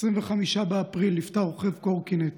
ב-25 באפריל נפטר רוכב קורקינט,